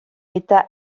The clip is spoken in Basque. eta